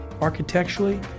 Architecturally